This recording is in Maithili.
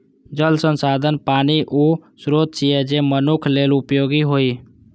जल संसाधन पानिक ऊ स्रोत छियै, जे मनुक्ख लेल उपयोगी होइ